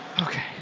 Okay